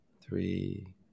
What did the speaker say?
three